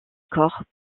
corps